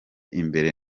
imbere